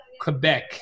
Quebec